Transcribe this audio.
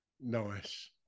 Nice